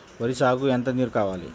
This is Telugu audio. వరి సాగుకు ఎంత నీరు కావాలి?